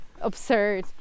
Absurd